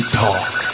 talk